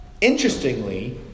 interestingly